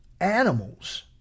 animals